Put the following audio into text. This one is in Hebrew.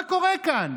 מה קורה כאן?